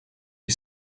you